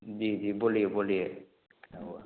जी जी बोलिए बोलिए